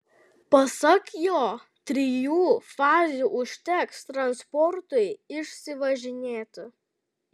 pasak jo trijų fazių užteks transportui išsivažinėti